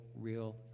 real